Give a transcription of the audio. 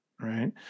right